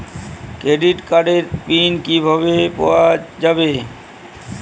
Credit কার্ডের pin কিভাবে পাওয়া যাবে?